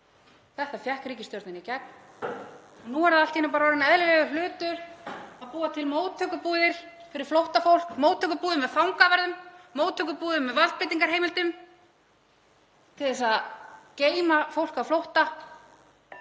Þetta fékk ríkisstjórnin í gegn. Nú er það allt í einu bara orðinn eðlilegur hlutur að búa til móttökubúðir fyrir flóttafólk, móttökubúðir með fangavörðum, móttökubúðir með valdbeitingarheimildum til að geyma fólk á flótta.